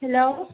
hello